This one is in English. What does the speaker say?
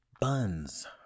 buns